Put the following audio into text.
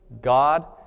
God